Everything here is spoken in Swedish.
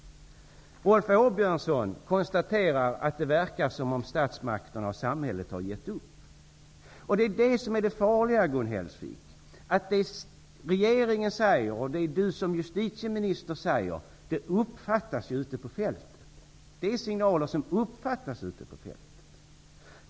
Rolf Åbjörnsson konstaterar att det verkar som att statsmakterna och samhället har gett upp. Detta är det farliga, Gun Hellsvik. Det regeringen och justitieministern säger är signaler som uppfattas ute på fältet.